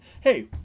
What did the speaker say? hey